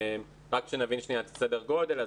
רק שנבין שנייה את סדר הגודל.